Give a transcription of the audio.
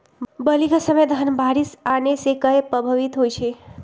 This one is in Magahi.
बली क समय धन बारिस आने से कहे पभवित होई छई?